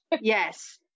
Yes